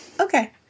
Okay